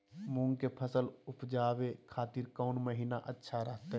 मूंग के फसल उवजावे खातिर कौन महीना अच्छा रहतय?